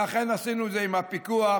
ואכן עשינו את זה עם הפיקוח,